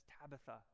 Tabitha